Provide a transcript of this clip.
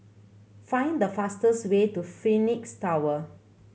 find the fastest way to Phoenix Tower